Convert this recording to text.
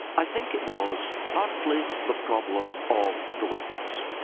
i think it was partly the problem of the witness,